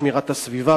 שמירת הסביבה,